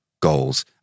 Goals